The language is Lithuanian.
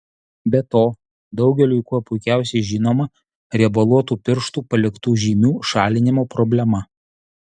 be to daugeliui kuo puikiausiai žinoma riebaluotų pirštų paliktų žymių šalinimo problema